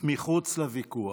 מחוץ לוויכוח.